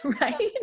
right